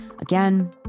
Again